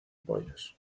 pollos